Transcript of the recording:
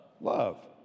love